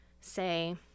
say